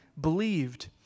believed